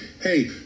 hey